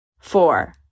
Four